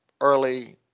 early